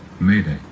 Mayday